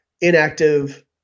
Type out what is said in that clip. inactive